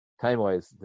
time-wise